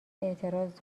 اعتراض